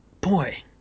Boy